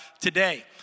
today